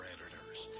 Editors